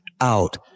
out